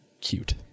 cute